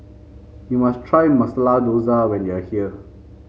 you must try Masala Dosa when you are here